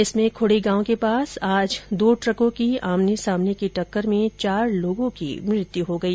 इसमें खूडी गांव के पास आज दो ट्रको की आमने सामने की टक्कर में चार लोगों की मृत्यु हो गई